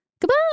Goodbye